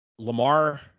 Lamar